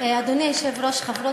אדוני היושב-ראש,